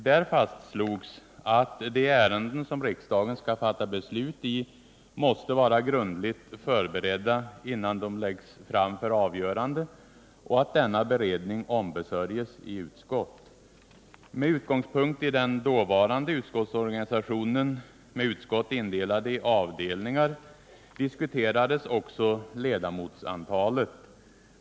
Där fastslogs att de ärenden som riksdagen skall fatta beslut i måste vara grundligt förberedda innan de läggs fram för avgörande och att denna beredning ombesörjes i utskott. Med utgångspunkt iden dåvarande utskottsorganisationen — med utskott indelade i avdelningar — diskuterades också ledamotsantalet.